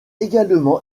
également